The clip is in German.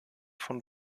von